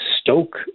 stoke